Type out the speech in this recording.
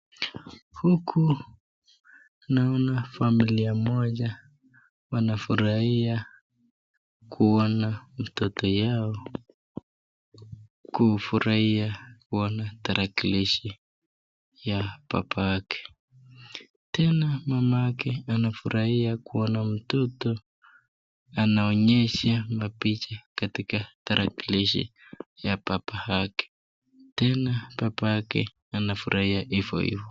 Huku naona familia moja wanafurahia kuona mtoto yao kufurahia kuona tarakilishi ya babake tena mamake anafurahia kuona mtoto anaonyesha mapicha katika tarakilishi ya babake, tena babake anafurahia ivo ivo.